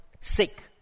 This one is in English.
sick